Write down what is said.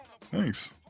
Thanks